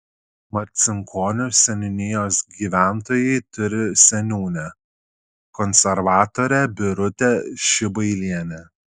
marcinkonių seniūnijos gyventojai turi seniūnę konservatorę birutę šibailienę